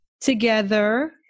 together